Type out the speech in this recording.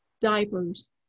Diapers